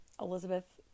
Elizabeth